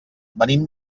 venim